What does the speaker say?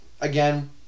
again